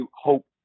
hope